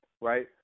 right